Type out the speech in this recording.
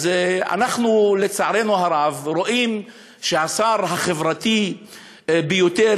אז אנחנו רואים שהשר החברתי ביותר,